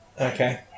okay